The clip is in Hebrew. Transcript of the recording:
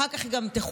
אחר כך היא גם תכונס,